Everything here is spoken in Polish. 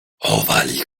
chowali